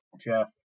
Jeff